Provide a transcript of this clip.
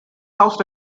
housed